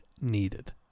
needed